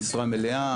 משרה מלאה,